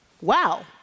Wow